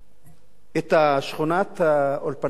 שכונת-האולפנה בבית-אל,